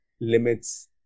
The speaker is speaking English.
limits